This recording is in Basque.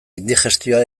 indigestioa